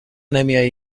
نمیایی